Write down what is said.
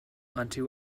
unto